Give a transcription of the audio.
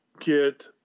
get